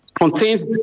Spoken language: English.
contains